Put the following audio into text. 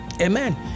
Amen